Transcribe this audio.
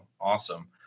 awesome